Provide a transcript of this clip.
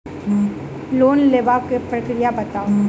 Loan लेबाक प्रक्रिया बताऊ?